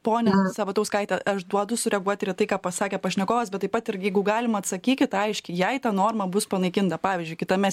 ponia sabatauskaite aš duodu sureaguoti ir į tai ką pasakė pašnekovas bet taip pat ir jeigu galima atsakykit aiškiai jei ta norma bus panaikinta pavyzdžiui kitame